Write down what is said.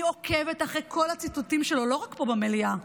אני עוקבת אחרי כל הציטוטים שלו, לא רק פה במליאה.